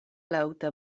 laŭta